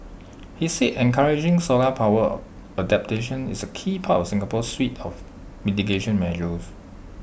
he said encouraging solar power adaptation is A key part of Singapore's suite of mitigation measures